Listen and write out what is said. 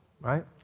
right